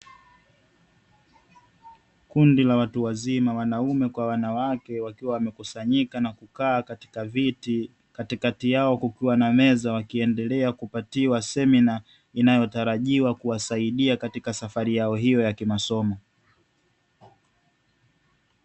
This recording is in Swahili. Kundi la watu wazima (Wanaume kwa Wanawake) wakiwa wamekusanyika na kukaa katika viti, katikati yao kukiwa kuna meza, wakiendelea kupatiwa semina inayotarajia kuwasaidia katika safari yao hiyo ya kimasomo.